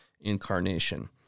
incarnation